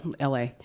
LA